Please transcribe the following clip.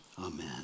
Amen